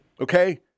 Okay